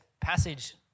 passage